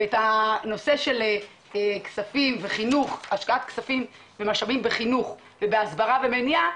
ואת הנושא של השקעת כספים ומשאבים בחינוך ובהסברה ומניעה,